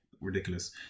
ridiculous